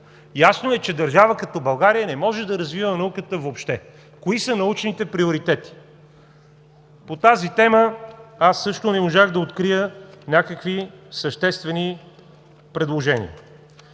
Ясно е, че държава като България не може да развива науката въобще. Кои са научните приоритети? По тази тема също не можах да открия някакви съществени предложения.